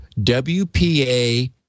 WPA